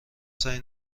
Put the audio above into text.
سعی